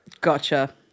Gotcha